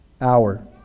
hour